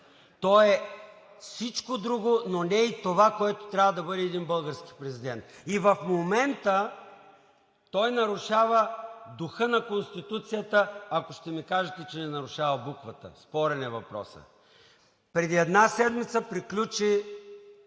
Той е всичко друго, но не и това, което трябва да бъде един български президент. В момента той нарушава духа на Конституцията! Ако ми кажете, че не нарушава буквата... Преди една седмица приключи